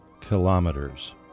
kilometers